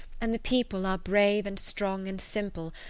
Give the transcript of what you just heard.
and the people are brave, and strong, and simple,